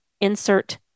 insert